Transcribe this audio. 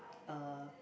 uh